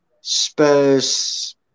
Spurs